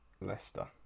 Leicester